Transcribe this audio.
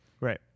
right